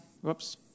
Whoops